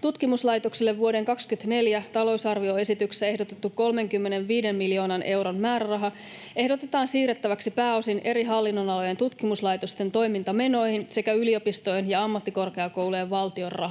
tutkimuslaitoksille vuoden 24 talousarvioesityksessä ehdotettu 35 miljoonan euron määräraha ehdotetaan siirrettäväksi pääosin eri hallinnonalojen tutkimuslaitosten toimintamenoihin sekä yliopistojen ja ammattikorkeakoulujen valtionrahoitukseen.